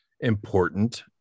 important